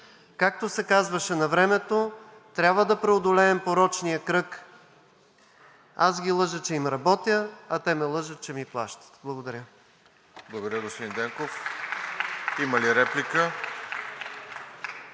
Както се казваше навремето, трябва да преодолеем порочния кръг аз ги лъжа, че им работя, а те ме лъжат, че ми плащат. Благодаря.